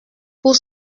pour